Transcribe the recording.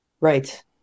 Right